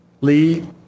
Lee